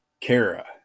Kara